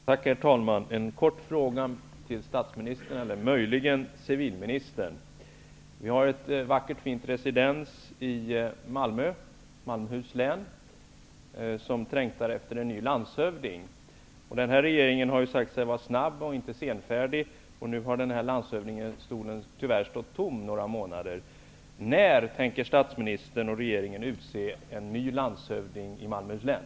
Herr talman! Jag har en kort fråga till statsministern eller möjligen till civilministern. Vi har ett vackert residens i Malmöhus län som trängtar efter en ny landshövding. Den här regeringen har ju sagt sig vara snabb och inte senfärdig. Nu har den här landshövdingestolen tyvärr stått tom sedan några månader. När tänker statsministern och regeringen utse en ny landshövding i Malmöhus län?